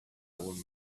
old